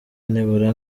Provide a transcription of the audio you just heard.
nibura